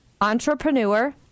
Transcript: entrepreneur